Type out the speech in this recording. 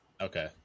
Okay